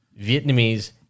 Vietnamese